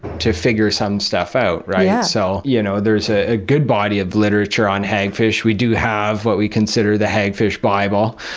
to figure some stuff out. yeah so you know there's ah a good body of literature on hagfish. we do have what we consider the hagfish bible,